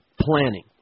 planning